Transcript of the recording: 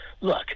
look